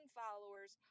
followers